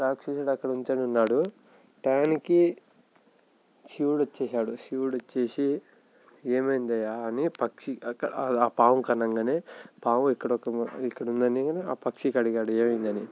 రాక్షసుడు అక్కడ నిలుచొని ఉన్నాడు టైంకి శివుడు వచ్చేసాడు శివుడు వచ్చేసి ఏమైంది అయ్యా అని పక్షికి ఆ పాముకిఅనగానే పాము ఇక్కడ ఒక ఇక్కడ ఉన్న నే ఆ పక్షికి అడిగాడు ఏమైంది అని